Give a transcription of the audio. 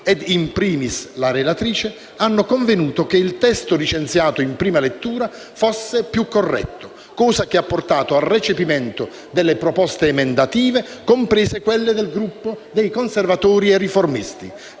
e, *in primis*, la relatrice hanno convenuto che il testo licenziato in prima lettura fosse più corretto, cosa che ha portato al recepimento delle proposte emendative, comprese quelle del Gruppo dei Conservatori e Riformisti,